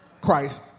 Christ